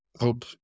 hope